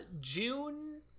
june